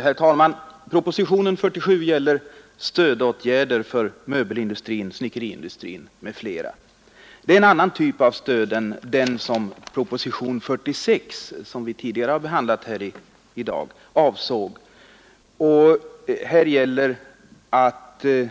Herr talman! Propositionen 47 gäller stödåtgärder för möbelindustrin, snickeriindustrin m.fl. Det är en annan typ av stöd än det som propositionen 46, som vi tidigare behandlade i dag, avsåg. Det föreligger tre